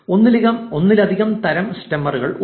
ഒന്നിലധികം തരം സ്റ്റെമ്മറുകൾ ഉണ്ട്